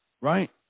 right